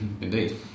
Indeed